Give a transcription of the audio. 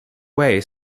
way